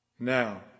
Now